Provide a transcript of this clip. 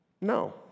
No